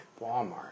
Walmart